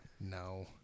No